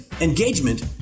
engagement